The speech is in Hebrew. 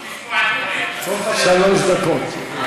שלוש דקות.